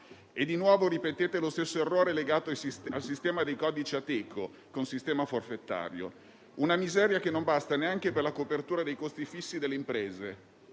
E di nuovo ripetete lo stesso errore legato al sistema dei codici Ateco con sistema forfettario. Si tratta di una miseria che non basta neanche per la copertura dei costi fissi delle imprese